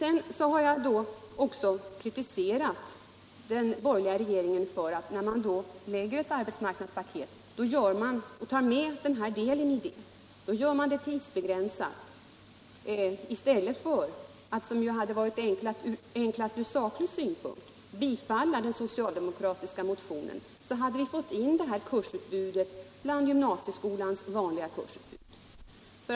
Sedan har jag också kritiserat den borgerliga regeringen för att den, när den lägger ett arbetsmarknadspaket och tar med yrkesinrikade specialkurser i det, gör dessa åtgärder tidsbegränsade i stället för att — vilket hade varit enklast från saklig synpunkt — stödja den socialdemokratiska motionen. Då hade vi fått in det här kursutbudet bland gymnasieskolans vanliga kursutbud.